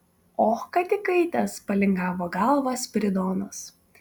och kad įkaitęs palingavo galvą spiridonas